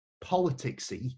politics-y